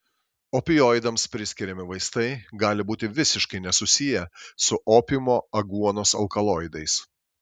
opioidams priskiriami vaistai gali būti visiškai nesusiję su opiumo aguonos alkaloidais